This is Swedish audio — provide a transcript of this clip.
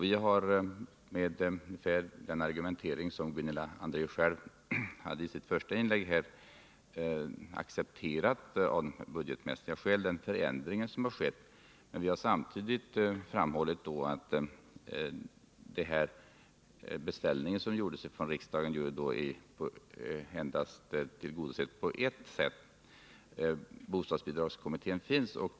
Vi har med den argumentering som Gunilla André själv framförde i sitt första inlägg, av budgetmässiga skäl accepterat den förändring som skett, men vi har samtidigt framhållit att den beställning som gjordes från riksdagen har tillgodosetts endast på ett sätt, nämligen genom att bostadsbidragskommittén tillsatts.